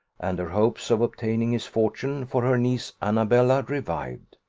and her hopes of obtaining his fortune for her niece annabella revived.